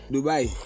Dubai